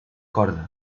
corda